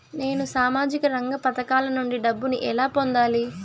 నేను సామాజిక రంగ పథకాల నుండి డబ్బుని ఎలా పొందాలి?